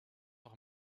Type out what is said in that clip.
auch